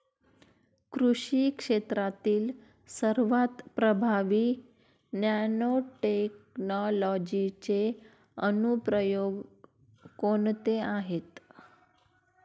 कृषी क्षेत्रातील सर्वात प्रभावी नॅनोटेक्नॉलॉजीचे अनुप्रयोग कोणते आहेत?